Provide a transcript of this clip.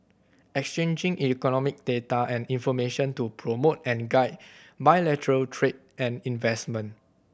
exchanging economic data and information to promote and guide bilateral trade and investment